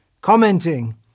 commenting